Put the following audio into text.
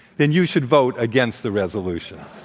then you should vote against the resolution.